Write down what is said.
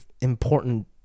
important